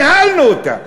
ניהלנו אותה,